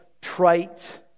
trite